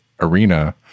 arena